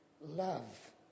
love